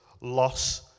loss